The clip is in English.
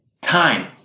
time